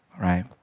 Right